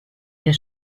der